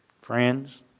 Friends